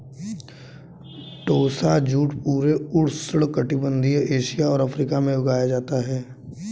टोसा jute पूरे उष्णकटिबंधीय Asia और अफ्रीका में उगाया जाता है